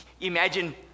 imagine